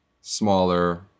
smaller